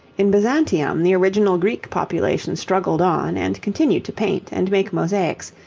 in byzantium the original greek population struggled on, and continued to paint, and make mosaics,